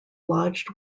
lodged